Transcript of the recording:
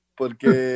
porque